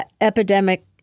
epidemic